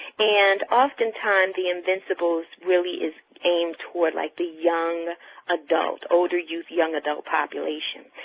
and often times the invincible really is aimed toward like the young adult, older youth young adult population.